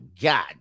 God